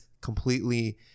completely